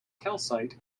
calcite